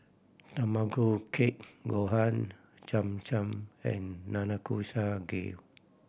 Tamago Kake Gohan Cham Cham and Nanakusa Gayu